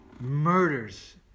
Murders